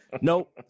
Nope